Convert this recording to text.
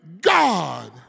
God